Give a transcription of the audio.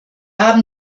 haben